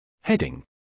Heading